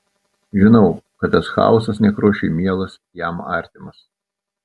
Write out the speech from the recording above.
žinau kad tas chaosas nekrošiui mielas jam artimas